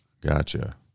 Gotcha